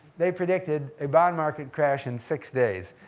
they predicted a bond market crash in six days.